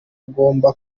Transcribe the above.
agomba